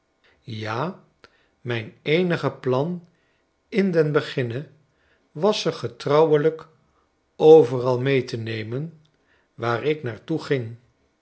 ja mijn eenige plan in den beginne was ze getrouwelijk overal mee te nemen waar ik naar toe ging